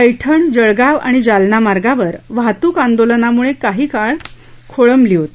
पैठण जळगाव आणि जालना मार्गावर वाहतूक आंदोलनामुळं काही काळ खोळंबली होती